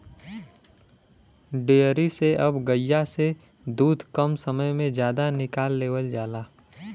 dairy से अब गइया से दूध कम समय में जादा निकाल लेवल जाला